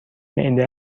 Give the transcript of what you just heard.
معده